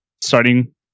starting